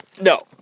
no